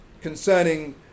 concerning